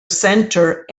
centre